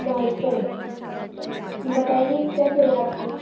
नमस्ते बताइए क्या चाहिए आपको